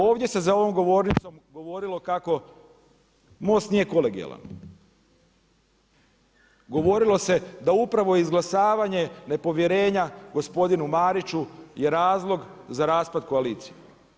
Ovdje se za ovom govornicom govorilo kako MOST nije kolegijalan, govorili se da upravo izglasavanje nepovjerenja gospodinu Mariću je razlog za raspad koalicije.